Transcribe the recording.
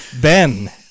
Ben